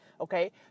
Okay